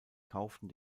kauften